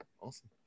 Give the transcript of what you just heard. Awesome